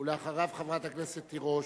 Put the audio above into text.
ואחריו, חברת הכנסת תירוש.